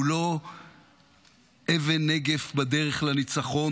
הוא לא אבן נגף בדרך לניצחון,